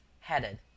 headed